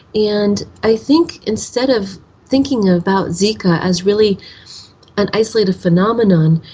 and i think instead of thinking about zika as really an isolated phenomenon,